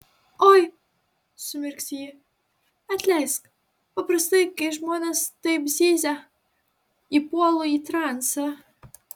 oi sumirksi ji atleisk paprastai kai žmonės taip zyzia įpuolu į transą